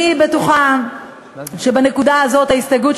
אני בטוחה שבנקודה הזאת ההסתייגות של